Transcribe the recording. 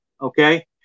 okay